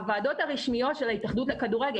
הוועדות הרשמיות של ההתאחדות לכדורגל.